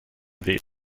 weh